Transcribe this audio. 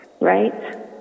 right